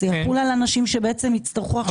זה יחול על אנשים שבעצם יצטרכו עכשיו,